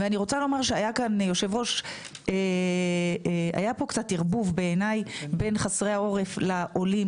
אני רוצה לומר שהיה פה קצת ערבוב בעיניי בין חסרי העורף לעולים,